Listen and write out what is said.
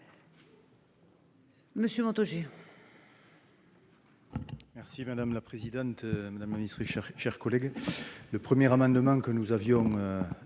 Monsieur Montaugé,